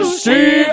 see